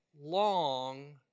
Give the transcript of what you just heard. long